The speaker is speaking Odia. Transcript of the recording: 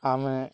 ଆମେ